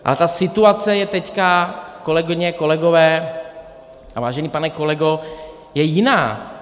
Ale ta situace je teď, kolegyně, kolegové a vážený pane kolego, jiná.